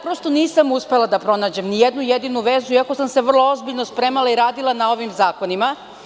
Prosto nisam uspela da pronađem ni jednu jedinu vezu, iako sam se vrlo ozbiljno spremala i radila na ovim zakonima.